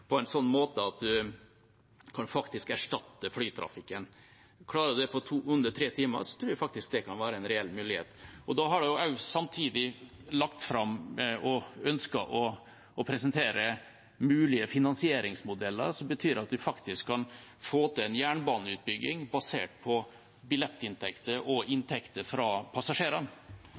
en faktisk kan erstatte flytrafikken. Klarer en det på under tre timer, tror jeg faktisk det kan være en reell mulighet. Da har de også, samtidig, lagt fram og ønsker å presentere mulige finansieringsmodeller som betyr at vi faktisk kan få til en jernbaneutbygging basert på billettinntekter og inntekter fra passasjerene.